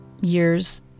years